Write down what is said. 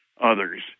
others